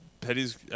Petty's